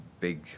Big